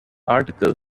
article